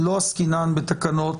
לא עסקינן בתקנות